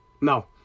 no